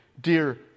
dear